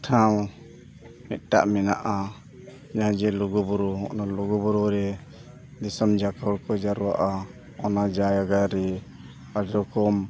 ᱴᱷᱟᱶ ᱢᱤᱫᱴᱟᱝ ᱢᱮᱱᱟᱜᱼᱟ ᱡᱟᱦᱟᱸ ᱡᱮ ᱞᱩᱜᱩᱼᱵᱩᱨᱩ ᱚᱱᱟ ᱞᱩᱜᱩᱼᱵᱩᱨᱩ ᱨᱮ ᱫᱤᱥᱚᱢ ᱡᱟᱠ ᱦᱚᱲ ᱠᱚ ᱡᱟᱨᱣᱟᱜᱼᱟ ᱚᱱᱟ ᱡᱟᱭᱜᱟ ᱨᱮ ᱟᱹᱰᱤ ᱨᱚᱠᱚᱢ